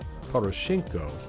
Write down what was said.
Poroshenko